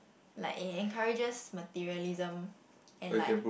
like it encourages materialism and like